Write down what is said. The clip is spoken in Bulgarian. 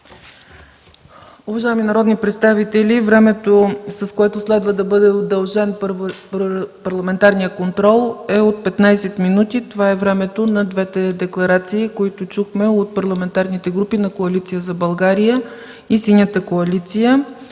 Уважаеми народни представители, времето, с което следва да бъде удължен парламентарният контрол, е от 15 минути. Това е времето на двете декларации, които чухме от парламентарните групи на Коалиция за България и Синята коалиция.